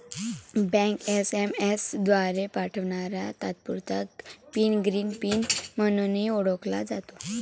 bank SMS द्वारे पाठवणारा तात्पुरता पिन ग्रीन पिन म्हणूनही ओळखला जातो